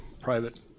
private